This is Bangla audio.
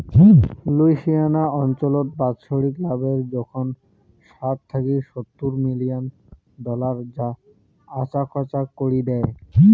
লুইসিয়ানা অঞ্চলত বাৎসরিক লাভের জোখন ষাট থাকি সত্তুর মিলিয়ন ডলার যা আচাকচাক করি দ্যায়